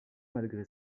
malgré